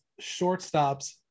shortstops